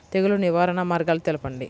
తెగులు నివారణ మార్గాలు తెలపండి?